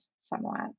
somewhat